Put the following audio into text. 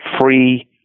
free